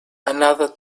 another